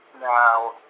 Now